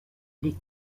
les